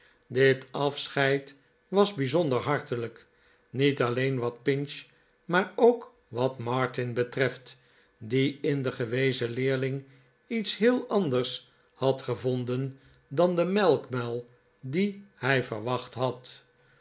dit afscheid was bijzonder hartelijk niet alleen wat pinch maar ook wat martin betreft die in den gewezen leerling iets heel anders had gevonden dan den melkmuil dien hij verwacht had